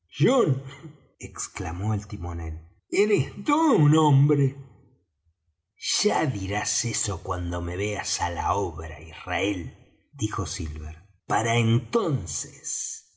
exclamó el timonel eres todo un hombre ya dirás eso cuando me veas á la obra israel dijo silver para entonces